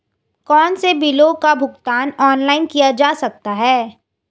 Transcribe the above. कौनसे बिलों का भुगतान ऑनलाइन किया जा सकता है?